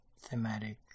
thematic